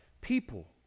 people